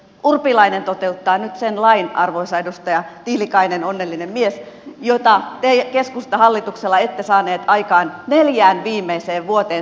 urpilainen toteuttaa nyt sen lain arvoisa edustaja tiilikainen onnellinen mies jota lakia te keskustahallituksella ette saaneet aikaan neljään viimeiseen vuoteen